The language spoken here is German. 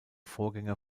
vorgänger